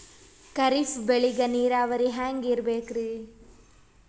ಖರೀಫ್ ಬೇಳಿಗ ನೀರಾವರಿ ಹ್ಯಾಂಗ್ ಇರ್ಬೇಕರಿ?